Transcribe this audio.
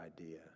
idea